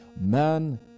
Man